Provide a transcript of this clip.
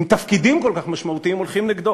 עם תפקידים על כל משמעותיים, הולכים נגדו.